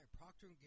Procter &